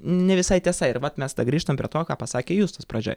ne visai tiesa ir vat mes grįžtam prie to ką pasakė justas pradžioj